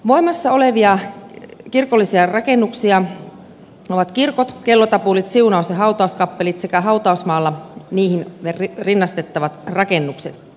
voimassa olevia kirkollisia rakennuksia ovat kirkot kellotapulit siunaus ja hautauskappelit sekä hautausmaalla niihin rinnastettavat rakennukset